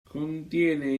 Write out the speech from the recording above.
contiene